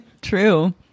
True